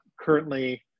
currently